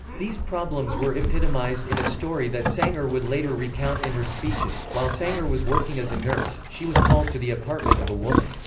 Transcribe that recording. these problems were epitomized in a story that sanger would later recount in her speeches while sanger was working as a nurse, she was called to the apartment of a woman,